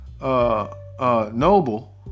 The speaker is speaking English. Noble